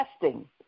testing